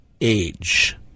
age